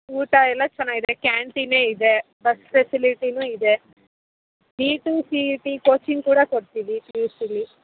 ಊಟ ಎಲ್ಲ ಚೆನ್ನಾಗಿದೆ ಕ್ಯಾಂಟೀನೇ ಇದೆ ಬಸ್ ಫೆಸಿಲಿಟಿನೂ ಇದೆ NEET C E T coaching ಕೂಡ ಕೊಡ್ತೀವಿ ಪಿ ಯು ಸಿಲ್ಲಿ